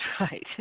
right